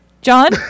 john